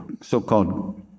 so-called